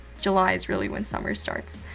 july is really when summer starts.